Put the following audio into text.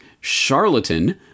charlatan